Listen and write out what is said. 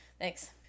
Thanks